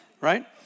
right